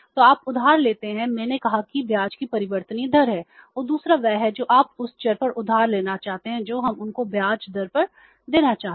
तो आप उधार लेते हैं मैंने कहा है कि ब्याज की परिवर्तनीय दर है और दूसरा वह है जो आप उस चर पर उधार लेना चाहते हैं जो हम आपको ब्याज दर पर देना चाहते हैं